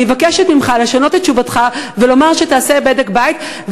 אני מבקשת ממך לשנות את תשובתך ולומר שתעשה בדק-בית,